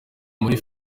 muri